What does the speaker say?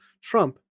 Trump